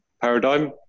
paradigm